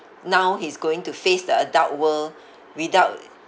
now he's going to face the adult world without